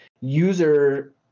user